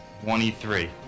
Twenty-three